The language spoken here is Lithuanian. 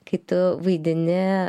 kai tu vaidini